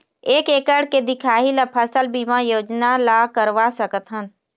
एक एकड़ के दिखाही ला फसल बीमा योजना ला करवा सकथन?